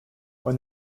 when